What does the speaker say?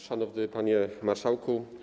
Szanowny Panie Marszałku!